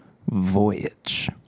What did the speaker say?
voyage